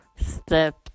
Step